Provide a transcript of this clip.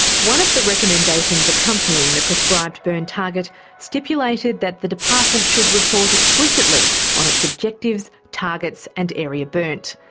one of the recommendations accompanying the prescribed burn target stipulated that the department should report explicitly on its objectives, targets and area burnt.